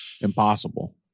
Impossible